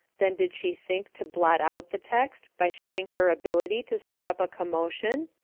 then did she think to blot out the text by showing her ability to stir up a commotion?